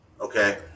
Okay